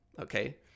Okay